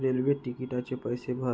railway टिकिटाचे पैसे भर